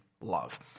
love